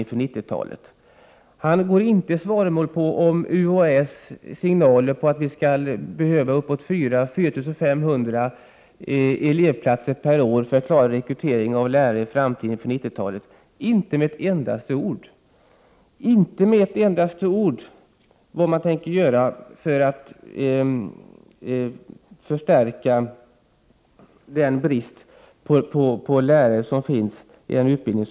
Utbildningsministern går inte i svaromål på UHÄ:s signaler om att vi behöver uppåt 4 500 elevplatser per år för att klara rekryteringen av lärare inför 90-talet. Om det säger han inte ett endaste ord. Han säger inte heller ett endaste ord om vad man tänker göra för att avskaffa den brist på lärare som råder i dag.